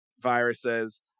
viruses